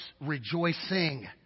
rejoicing